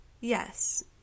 Yes